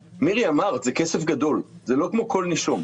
מירי, אמרת, זה כסף גדול, זה לא כמו כל נישום.